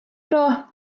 dro